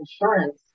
insurance